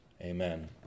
Amen